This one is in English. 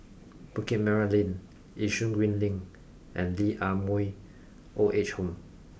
Bukit Merah Lane Yishun Green Link and Lee Ah Mooi Old Age Home